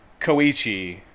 Koichi